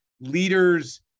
leaders